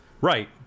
right